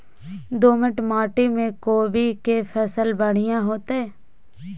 दोमट माटी में कोबी के फसल बढ़ीया होतय?